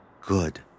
Good